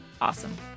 awesome